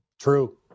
True